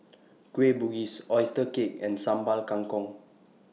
Kueh Bugis Oyster Cake and Sambal Kangkong